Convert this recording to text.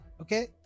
Okay